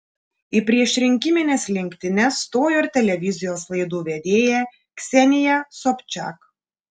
į priešrinkimines lenktynes stojo ir televizijos laidų vedėja ksenija sobčiak